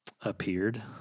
appeared